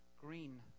green